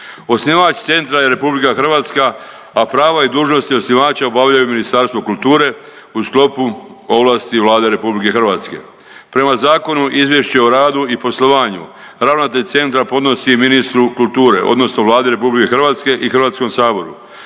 Osnivač centra je RH, a prava i dužnosti osnivača obavljaju Ministarstvo kulture u sklopu ovlasti Vlade RH. Prema zakonu izvješće o radu i poslovanju ravnatelj centra podnosi ministru kulture odnosno Vladi RH i Hrvatskom saboru.